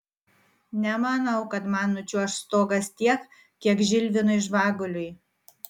nemanau kad man nučiuoš stogas tiek kiek žilvinui žvaguliui